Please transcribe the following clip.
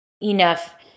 enough